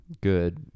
good